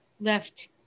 left